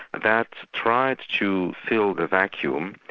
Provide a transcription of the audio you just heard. that tried to fill the vacuum,